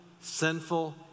sinful